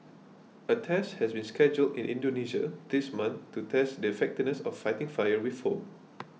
a test has been scheduled in Indonesia this month to test the effectiveness of fighting fire with foam